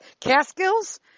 Caskills